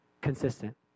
consistent